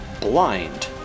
blind